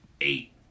eight